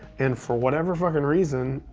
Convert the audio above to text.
and for whatever fuckin' reason,